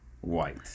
white